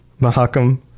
Mahakam